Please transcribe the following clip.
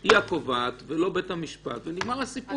היא הקובעת ולא בית המשפט ונגמר הסיפור.